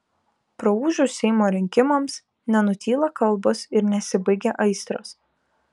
praūžus seimo rinkimams nenutyla kalbos ir nesibaigia aistros